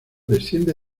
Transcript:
desciende